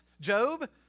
Job